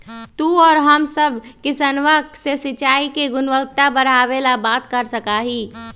तू और हम सब किसनवन से सिंचाई के गुणवत्ता बढ़ावे ला बात कर सका ही